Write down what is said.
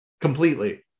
Completely